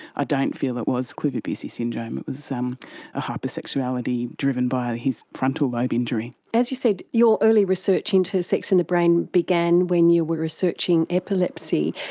ah don't feel it was kluver-bucy syndrome, it was um a hypersexuality driven by his frontal lobe injury. as you said, your early research into sex and the brain began when you were researching epilepsy.